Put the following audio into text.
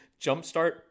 jumpstart